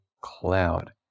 Cloud